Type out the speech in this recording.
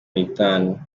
nitanu